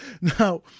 Now